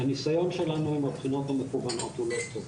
הניסיון שלנו עם הבחינות המקוונות הוא לא טוב.